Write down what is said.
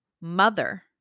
mother